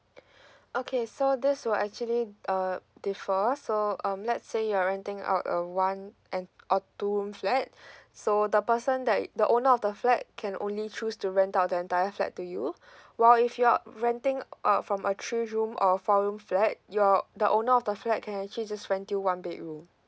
okay so this will actually uh differ so um let's say you're renting out a one and or two room flat so the person that the owner of the flat can only choose to rent out the entire flat to you while if you're renting uh from a three room or four room flat your the owner of the flat can actually just rent you one bedroom